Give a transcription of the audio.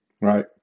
Right